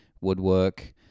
woodwork